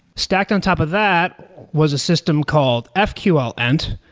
stacked on top of that was a system called ah fql ent.